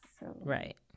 Right